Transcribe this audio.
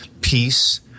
peace